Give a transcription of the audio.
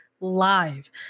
live